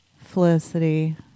Felicity